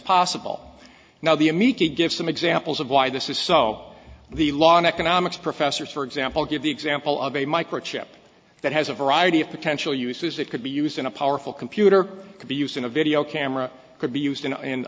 possible now the amiga give some examples of why this is so the law in economics professors for example give the example of a microchip that has a variety of potential uses that could be used in a powerful computer could be used in a video camera could be used